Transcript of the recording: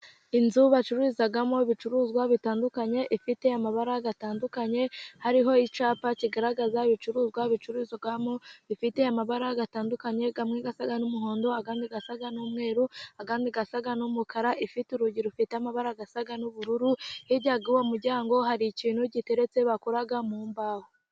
Inzu bacururizamo ibicuruzwa bitandukanye, ifite amabara atandukanye, hariho icyapa kigaragaza ibicuruzwa bicururizwamo, bifite amabara atandukanye amwe asa n'umuhondo ayandi asa n'umweru ayandi asa n'umukara ifite urugi rufite amabara asa n'ubururu hirya yuwo muryango hari ikintu giteretse bakora mumbaho.